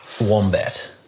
wombat